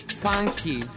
funky